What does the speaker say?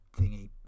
thingy